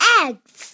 eggs